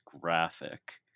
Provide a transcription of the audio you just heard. graphic